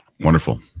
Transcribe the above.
Wonderful